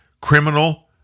criminal